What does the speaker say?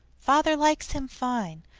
father likes him fine,